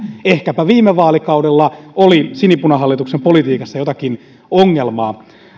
ehkäpä viime vaalikaudella oli sinipunahallituksen politiikassa jotakin ongelmaa